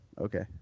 okay